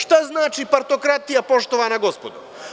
Šta znači partokratija, poštovana gospodo?